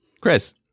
Chris